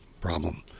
problem